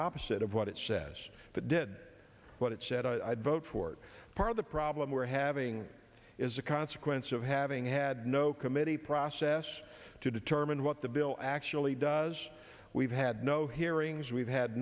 opposite of what it says but dead what it said i'd vote for part of the problem we're having is a consequence of having had no committee process to determine what the bill actually does we've had no hearings we've had